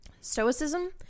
stoicism